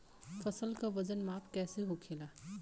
फसल का वजन माप कैसे होखेला?